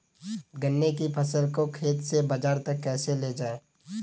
गन्ने की फसल को खेत से बाजार तक कैसे लेकर जाएँ?